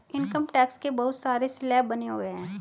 income tax के बहुत सारे स्लैब बने हुए हैं